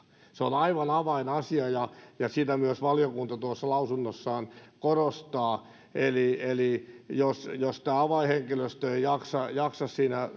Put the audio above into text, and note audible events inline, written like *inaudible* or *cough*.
se on aivan avainasia ja ja sitä myös valiokunta tuossa lausunnossaan korostaa eli eli jos jos tämä avainhenkilöstö ei jaksa jaksa siinä *unintelligible*